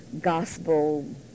gospel